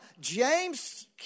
James